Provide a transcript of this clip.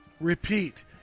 repeat